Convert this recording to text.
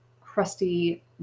crusty